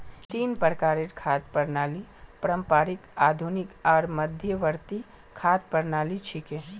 तीन प्रकारेर खाद्य प्रणालि पारंपरिक, आधुनिक आर मध्यवर्ती खाद्य प्रणालि छिके